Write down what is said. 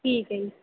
ਠੀਕ ਆ ਜੀ